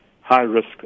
high-risk